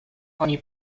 ogni